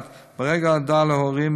מרגע ההודעה להורים,